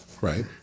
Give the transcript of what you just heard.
right